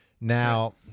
Now